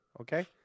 okay